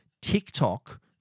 TikTok